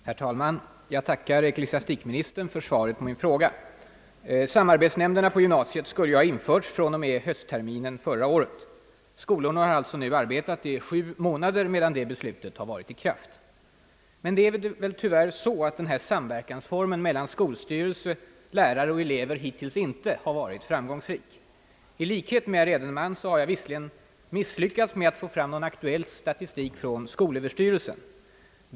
Herr talman! Jag tackar ecklesiastikministern för svaret på min fråga. Samarbetsnämnderna på gymnasiet skulle ju ha införts från och med höstterminen förra året. Skolorna har alltså nu arbetat i sju månader medan det beslutet varit i kraft. Men det är tyvärr så att denna form för samverkan mellan skolstyrelse, lärare och elever hittills inte har varit framgångsrik, I likhet med herr Edenman har jag visserligen misslyckats med att få fram någon aktuell statistik från skolöverstyrelsen.